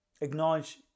Acknowledge